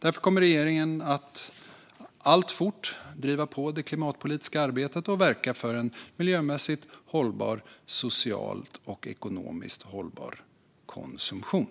Därför kommer regeringen att alltfort driva på det klimatpolitiska arbetet och verka för en miljömässigt, socialt och ekonomiskt hållbar konsumtion.